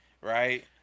right